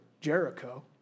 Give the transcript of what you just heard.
Jericho